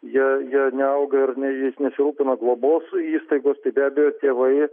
jie jie neauga ir ne jais nesirūpina globos įstaigos tai be abejo tėvai